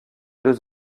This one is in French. deux